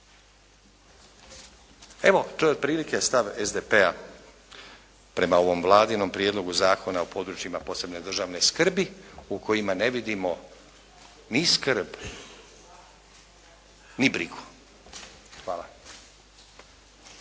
Evo, to je otprilike stav SDP-a prema ovom Vladinom Prijedlogu zakona o područjima posebne državne skrbi u kojima ne vidimo ni skrb ni brigu. Hvala.